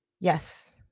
Yes